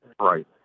right